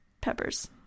Peppers